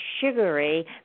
sugary